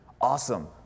Awesome